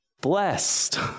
blessed